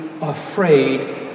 afraid